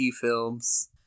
films